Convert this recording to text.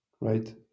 Right